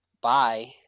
bye